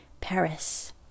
Paris